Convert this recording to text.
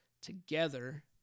together